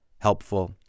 Helpful